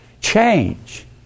Change